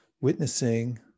witnessing